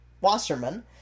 Wasserman